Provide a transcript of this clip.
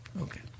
Okay